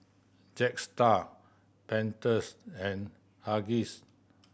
Jetstar Pantenes and Huggies